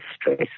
stress